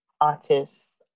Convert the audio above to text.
artists